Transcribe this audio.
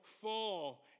fall